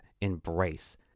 embrace